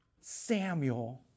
Samuel